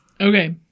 Okay